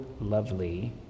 lovely